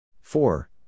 Four